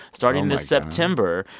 starting this september,